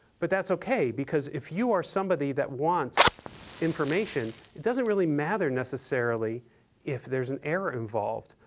but that's ok, because if you are somebody that wants information, it doesn't really matter necessarily if there's an error involved.